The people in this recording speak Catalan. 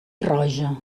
roja